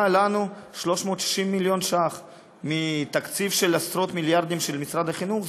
לנו 360 מיליון ש"ח מתקציב של עשרות מיליארדים של משרד החינוך.